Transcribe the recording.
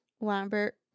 Lambert